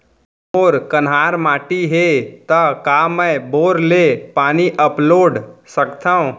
मोर कन्हार माटी हे, त का मैं बोर ले पानी अपलोड सकथव?